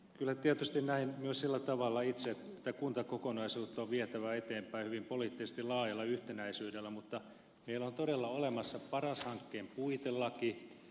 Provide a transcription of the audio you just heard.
kyllä tietysti näen myös sillä tavalla itse että kuntakokonaisuutta on vietävä eteenpäin hyvin poliittisesti laajalla yhtenäisyydellä mutta meillä on todella olemassa paras hankkeen puitelaki